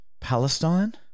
Palestine